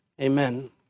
amen